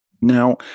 Now